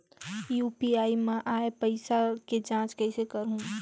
UPI मा आय पइसा के जांच कइसे करहूं?